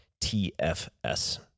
TFS